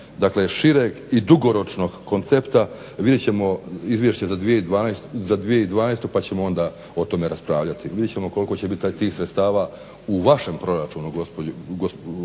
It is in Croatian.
dakle šireg i dugoročnog koncepta vidjet ćemo Izvješće za 2012. pa ćemo onda o tome raspravljati. Vidjet ćemo koliko će biti tih sredstava u vašem proračunu uvažena